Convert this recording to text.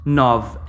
nove